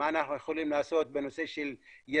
מה אנחנו יכולים לעשות בנושא של יזמות